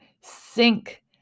sink